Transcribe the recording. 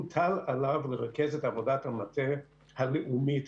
לרכז את עבודת המטה הלאומית,